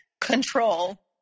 control